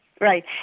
right